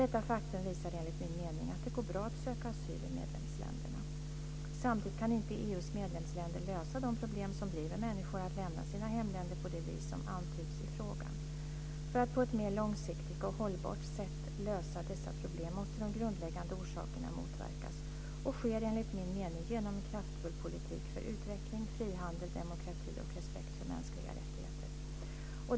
Detta faktum visar enligt min mening att det går bra att söka asyl i medlemsländerna. Samtidigt kan inte EU:s medlemsländer lösa de problem som driver människor att lämna sina hemländer på det vis som antyds i frågan. För att på ett mer långsiktigt och hållbart sätt lösa dessa problem måste de grundläggande orsakerna motverkas. Det sker enligt min mening genom en kraftfull politik för utveckling, frihandel, demokrati och respekt för mänskliga rättigheter.